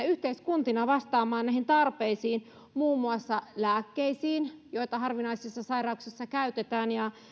yhteiskuntina vastaamaan näihin tarpeisiin muun muassa lääkkeisiin joita harvinaisissa sairauksissa käytetään ja